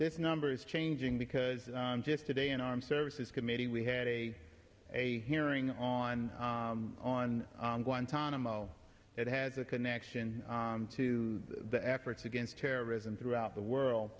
this number is changing because just today an armed services committee we had a a hearing on on guantanamo that has a connection to the efforts against terrorism throughout the world